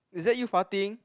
is that you farting